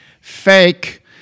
fake